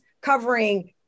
covering